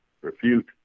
refute